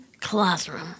classroom